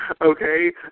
Okay